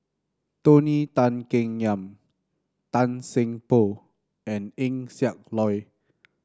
Tony Tan Keng Yam Tan Seng Poh and Eng Siak Loy